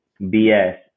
BS